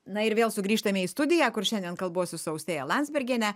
na ir vėl sugrįžtame į studiją kur šiandien kalbuosi su austėja landsbergiene